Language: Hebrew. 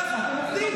ככה אתם עובדים.